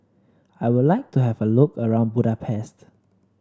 I would like to have a look around Budapest